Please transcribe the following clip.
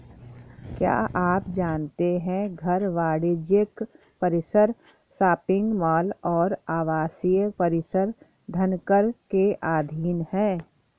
क्या आप जानते है घर, वाणिज्यिक परिसर, शॉपिंग मॉल और आवासीय परिसर धनकर के अधीन हैं?